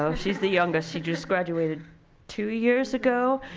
so she's the youngest. she just graduated two years ago.